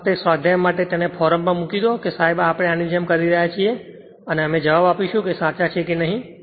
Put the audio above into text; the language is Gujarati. ફક્ત એક સ્વાધ્યાય માટે તેને ફોરમ પર મૂકી દો કે સાહેબ આપણે આની જેમ આ કરી રહ્યા છીએ અને અમે જવાબ આપીશું કે સાચા છે કે નહીં